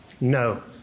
No